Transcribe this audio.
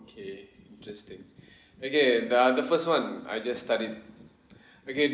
okay interesting okay da~ the first one I just start it okay